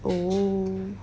oh